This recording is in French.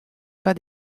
pas